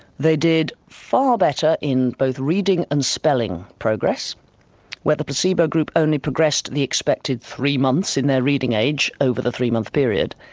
they did far better in both reading and spelling progress where the placebo group only progressed in the expected three months in their reading age over the three month period.